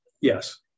yes